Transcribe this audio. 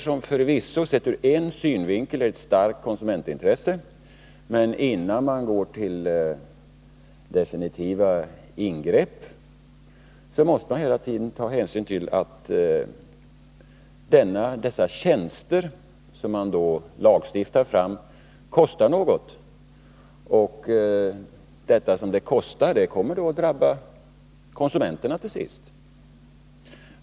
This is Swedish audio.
Det finns förvisso mycket som sett ur en synvinkel kan vara ett starkt konsumentintresse, men innan man går till definitiva ingrepp måste man ta hänsyn till att de tjänster som man då lagstiftar fram kostar något. Dessa kostnader kommer till sist att drabba konsumenterna.